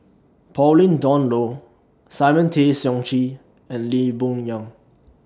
Pauline Dawn Loh Simon Tay Seong Chee and Lee Boon Yang